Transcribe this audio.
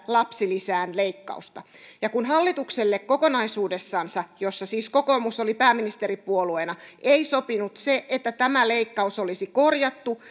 lapsilisään leikkausta ja kun hallitukselle kokonaisuudessansa jossa siis kokoomus oli pääministeripuolueena ei sopinut se että tämä leikkaus olisi korjattu